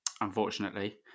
unfortunately